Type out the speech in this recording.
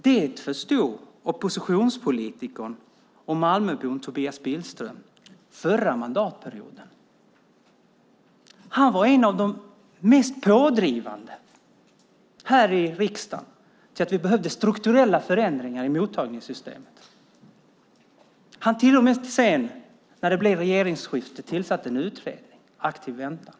Det förstod oppositionspolitikern och Malmöbon Tobias Billström förra mandatperioden. Han var en av de mest pådrivande här i riksdagen när det gällde behovet av strukturella förändringar i mottagningssystemet. När det sedan blev regeringsskifte tillsatte han till och med en utredning, den om aktiv väntan.